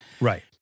Right